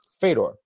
fedor